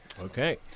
Okay